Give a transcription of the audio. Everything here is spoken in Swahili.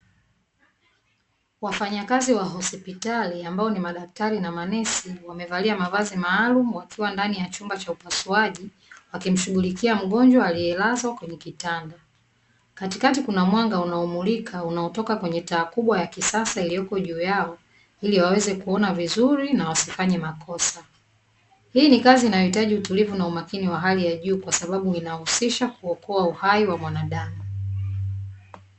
Wafanyakazi wa hospitali ambao ni madaktari na manesi, wamevalia mavazi maalumu wakiwa ndani ya chumba cha upasuaji, wakimshughulikia mgonjwa aliyelazwa kwenye kitanda. Katikati kuna mwanga unaomulika unaotoka kwenya taa kubwa ya kisasa iliyoko juu yao ili waweze kuona vizuri na wasifanye makosa. Hii ni kazi inayohitaji utulivu na umakini wa hali ya juu kwa sababu inahusisha kuokoa uhai wa mwanadamu.